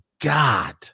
God